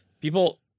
people